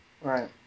Right